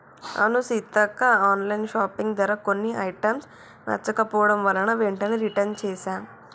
అవును సీతక్క online shopping ధర కొన్ని ఐటమ్స్ నచ్చకపోవడం వలన వెంటనే రిటన్ చేసాం